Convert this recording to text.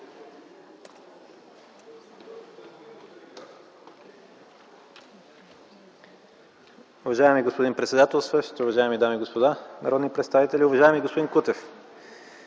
Уважаеми господин председателстващ, уважаеми дами и господа народни представители, уважаеми господин Кутев!